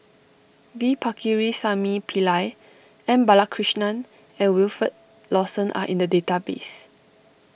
V Pakirisamy Pillai M Balakrishnan and Wilfed Lawson are in the database